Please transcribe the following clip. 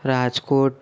Rajkot